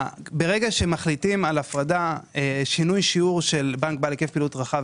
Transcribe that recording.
ברגע שמחליטים על שינוי שיעור של בנק בעל היקף פעילות רחב,